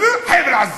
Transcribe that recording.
"בלה-בלה" חבל-עזה.